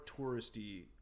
touristy